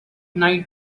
night